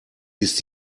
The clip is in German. ist